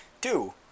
Two